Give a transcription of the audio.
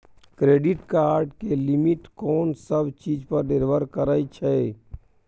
Credit card के limit कोन सब चीज पर निर्भर करै छै?